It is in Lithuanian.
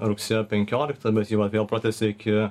rugsėjo penkioliktą bet jį va vėl pratęsė iki